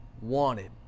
wanted